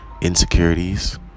insecurities